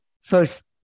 first